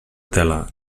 tela